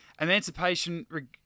Emancipation